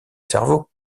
cerveau